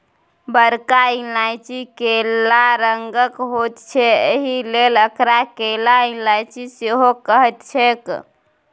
बरका इलायची कैल रंगक होइत छै एहिलेल एकरा कैला इलायची सेहो कहैत छैक